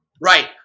right